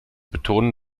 betonen